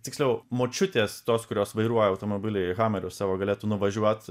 tiksliau močiutės tos kurios vairuoja automobilį i hamerius savo galėtų nuvažiuot